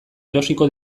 erosiko